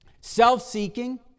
self-seeking